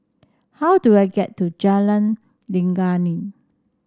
how do I get to Jalan Legundi